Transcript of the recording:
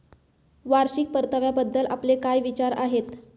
वार्षिक परताव्याबद्दल आपले काय विचार आहेत?